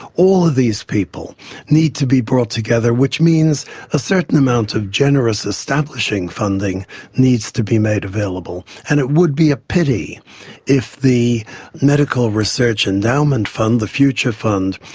all of these people need to be brought together, which means a certain amount of generous establishing funding needs to be made available. and it would be a pity if the medical research endowment fund, the future fund,